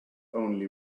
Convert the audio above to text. only